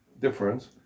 difference